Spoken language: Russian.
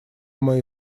мои